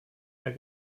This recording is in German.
mehr